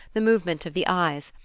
the movement of the eyes,